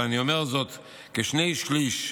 אבל אני אומר זאת: כשני שלישים,